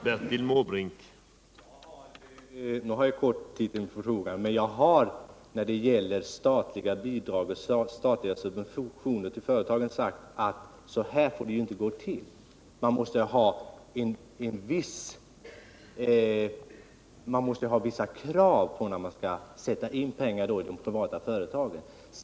Herr talman! Jag har bara kort tid till förfogande. När det gäller statliga bidrag och statliga subventioner till företagen har jag sagt att så här får det inte gå till. Man måste ha vissa krav när man skall sätta in pengar i de privata företagen.